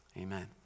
Amen